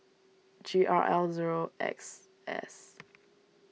G R L zero X S